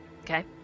Okay